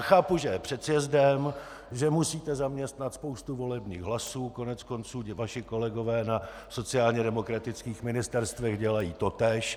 Chápu, že je před sjezdem, že musíte zaměstnat spoustu volebních hlasů, koneckonců vaši kolegové na sociálně demokratických ministerstvech dělají totéž.